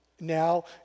now